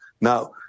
Now